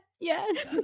Yes